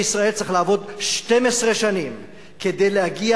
שכיר בישראל צריך לעבוד 12 שנים כדי להגיע